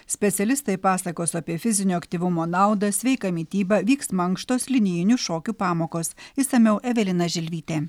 specialistai pasakos apie fizinio aktyvumo naudą sveiką mitybą vyks mankštos linijinių šokių pamokos išsamiau evelina žilvytė